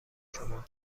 شما